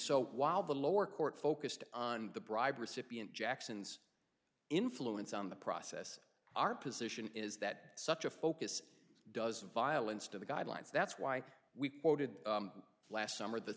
so while the lower court focused on the bribe recipient jackson's influence on the process our position is that such a focus does violence to the guidelines that's why we voted last summer the